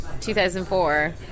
2004